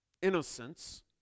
innocence